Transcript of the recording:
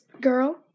girl